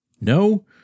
no